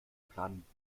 plan